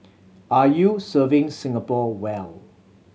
are you serving Singapore well